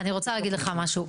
אני רוצה להגיד לך משהו.